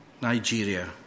Nigeria